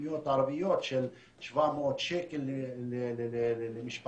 המקומיות הערביות של 700 שקל למשפחה,